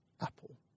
apple